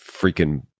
freaking